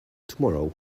tomorrow